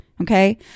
Okay